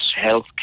healthcare